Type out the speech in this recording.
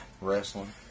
wrestling